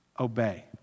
obey